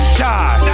die